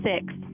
six